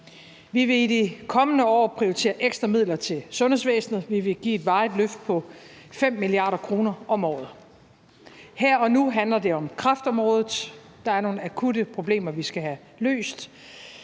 Vi vil i de kommende år prioritere ekstra midler til sundhedsvæsenet. Vi vil give et varigt løft på 5 mia. kr. om året. Her og nu handler det om kræftområdet – der er nogle akutte problemer, vi skal have løst.